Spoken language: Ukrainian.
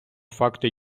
факти